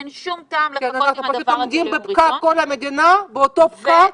אין שום טעם לחכות עם הדבר הזה עד יום ראשון.